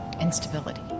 instability